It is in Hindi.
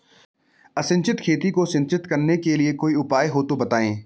असिंचित खेती को सिंचित करने के लिए कोई उपाय हो तो बताएं?